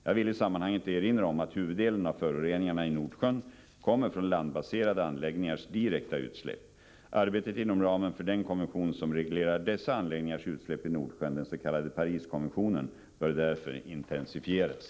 Jag vill i sammanhanget erinra om att huvuddelen av föroreningarna i Nordsjön kommer från landbaserade anläggningars direkta utsläpp. Arbetet inom ramen för den konvention som reglerar dessa anläggningars utsläpp i Nordsjön, den s.k. Pariskonventionen, bör därför intensifieras.